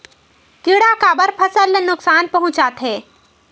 किड़ा काबर फसल ल नुकसान पहुचाथे?